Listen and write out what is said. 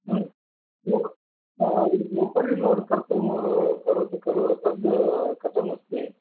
उ उपरि लोड् कर्तुं करोति खलु तत् कथमस्ति